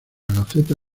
gaceta